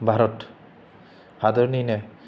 भारत हादरनिनो